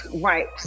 right